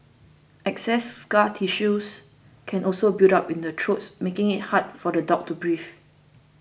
excess scar tissues can also build up in the truest making it hard for the dog to breathe